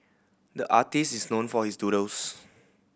the artist is known for his doodles